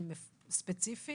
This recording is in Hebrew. ספציפי